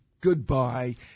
Goodbye